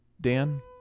Dan